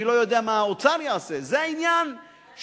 אני לא יודע מה האוצר יעשה, זה העניין של,